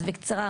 אז בקצרה,